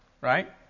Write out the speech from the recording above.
right